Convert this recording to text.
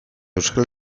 euskal